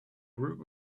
group